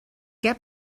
què